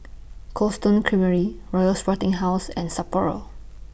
Cold Stone Creamery Royal Sporting House and Sapporo